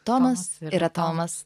tomas ir atomas